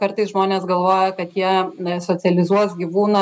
kartais žmonės galvoja kad jie socializuos gyvūną